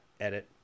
edit